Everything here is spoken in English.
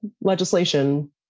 legislation